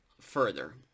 further